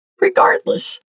regardless